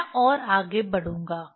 मैं और आगे बढ़ूंगा